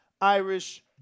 Irish